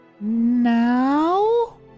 Now